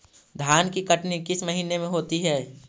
धान की कटनी किस महीने में होती है?